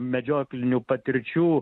medžioklinių patirčių